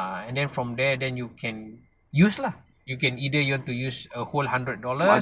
ah and then from there then you can use lah you can either you have to use a whole hundred dollars